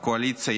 הקואליציה,